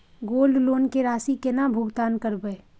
Gold loan के राशि केना भुगतान करबै?